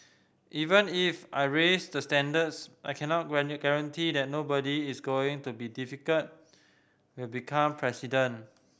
even if I raise the standards I cannot guarantee that nobody is going to be difficult will become president